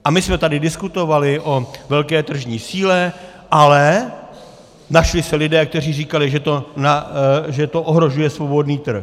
A my jsme tady diskutovali o velké tržní síle, ale našli se lidé, kteří říkali, že to ohrožuje svobodný trh.